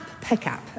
pickup